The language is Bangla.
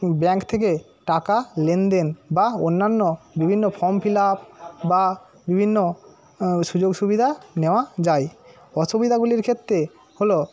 ব্যাঙ্ক থেকে টাকা লেনদেন বা অন্যান্য বিভিন্ন ফর্ম ফিলআপ বা বিভিন্ন সুযোগ সুবিধা নেওয়া যায় অসুবিধাগুলির ক্ষেত্রে হলো